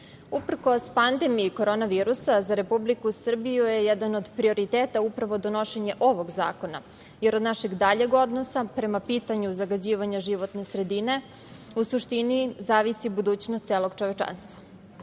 pandemiji korona virusa, za Republiku Srbiju je jedan od prioriteta upravo donošenje ovog zakona, jer od našeg daljeg odnosa prema pitanju zagađivanja životne sredine, u suštini, zavisi budućnost celog čovečanstva.